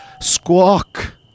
squawk